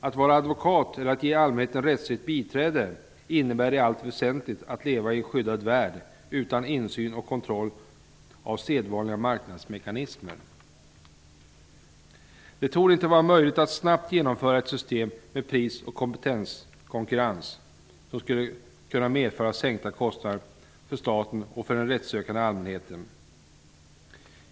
Att vara advokat eller att ge allmänheten rättsligt biträde innebär i allt väsentligt att leva i en skyddad värld, utan insyn och kontroll av sedvanliga marknadsmekanismer. Det torde inte vara möjligt att snabbt genomföra ett system med pris och kompetenskonkurrens som skulle kunna medföra sänkta kostnader för staten och för den rättssökande allmänheten.